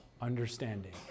understanding